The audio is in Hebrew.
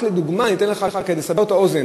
אני רק אתן לך דוגמה כדי לסבר את האוזן: